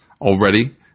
already